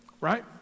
right